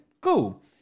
cool